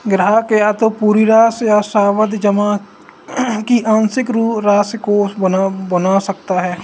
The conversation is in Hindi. ग्राहक या तो पूरी राशि या सावधि जमा की आंशिक राशि को भुना सकता है